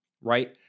right